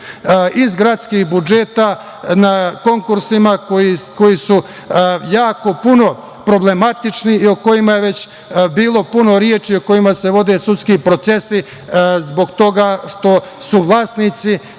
iz gradskih budžeta, na konkursima koji su puno problematični i o kojima je već bilo puno reči, o kojima se vode sudski procesi, zbog toga što su vlasnici